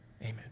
Amen